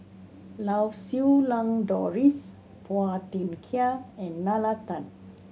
Lau Siew Lang Doris Phua Thin Kiay and Nalla Tan